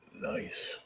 Nice